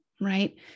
right